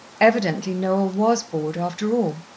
evidently noel was bored, after all.